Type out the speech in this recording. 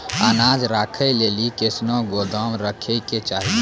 अनाज राखै लेली कैसनौ गोदाम रहै के चाही?